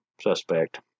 suspect